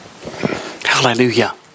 hallelujah